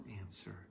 answer